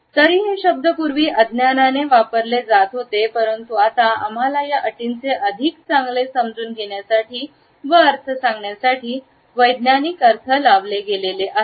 तरी हे शब्द पूर्वी अज्ञानाने वापरले जात होते परंतु आता आम्हाला या अटींचे अधिक चांगले समजून घेण्यासाठी आणि अर्थ सांगण्यासाठी वैज्ञानिक अर्थ लावले आहेत